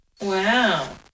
wow